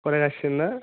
फरायगासिनो ना